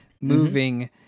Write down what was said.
moving